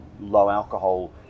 low-alcohol